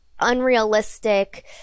unrealistic